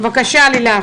בבקשה.